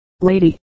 lady